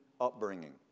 upbringing